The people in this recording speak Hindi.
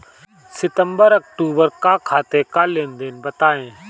सितंबर अक्तूबर का खाते का लेनदेन बताएं